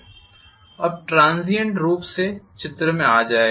अब ट्रांसीएंट निश्चित रूप से चित्र में आ जाएगा